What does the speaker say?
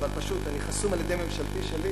אבל פשוט אני חסום על-ידי ממשלתי שלי,